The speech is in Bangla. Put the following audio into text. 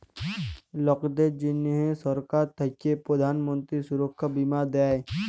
লকদের জনহ সরকার থাক্যে প্রধান মন্ত্রী সুরক্ষা বীমা দেয়